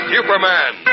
Superman